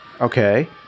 Okay